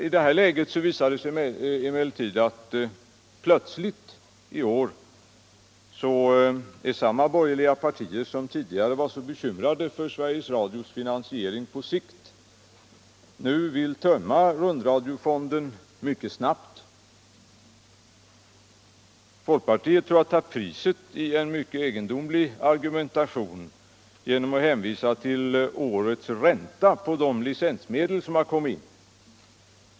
I det här läget visar det sig emellertid att i år vill plötsligt samma borgerliga partier, som tidigare var så bekymrade för Sveriges Radios finansiering på sikt, tömma rundradiofonden mycket snabbt. Folkpartiet tror jag tar priset i en mycket egendomlig argumentation genom att hänvisa till årets ränta på de licensmedel som har kommit in.